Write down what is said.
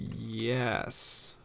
Yes